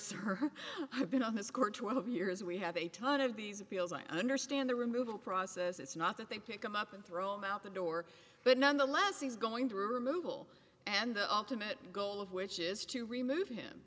sir i've been on this court two of years we have a ton of these appeals i understand the removal process it's not that they pick him up and throw him out the door but nonetheless he's going to removal and the ultimate goal of which is to remove him